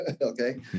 okay